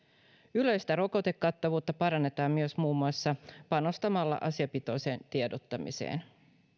yleistä rokotekattavuutta parannetaan myös muun muassa panostamalla asiapitoiseen tiedottamiseen